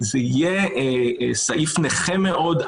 זה יהיה סעיף נכה מאוד,